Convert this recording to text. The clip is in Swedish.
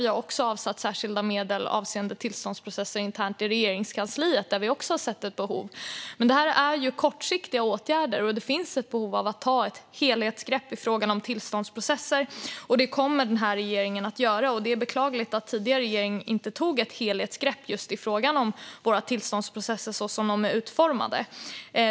Vi har också avsatt särskilda medel till tillståndsprocesser internt i Regeringskansliet där vi också har sett ett behov. Men detta är kortsiktiga åtgärder, och det finns ett behov av att ta ett helhetsgrepp i frågan om tillståndsprocesser. Det kommer den här regeringen att göra. Det är beklagligt att den tidigare regeringen inte tog ett helhetsgrepp i frågan om hur våra tillståndsprocesser är utformade.